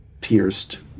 pierced